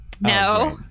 No